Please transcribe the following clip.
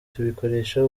tubikoresha